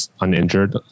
uninjured